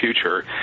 future